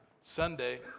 Sunday